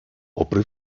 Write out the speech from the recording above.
попри